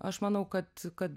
aš manau kad kad